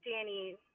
Danny